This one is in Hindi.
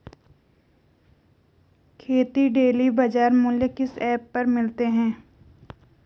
खेती के डेली बाज़ार मूल्य किस ऐप पर मिलते हैं?